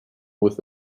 with